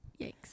Yikes